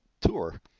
tour